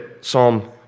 Psalm